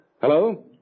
Hello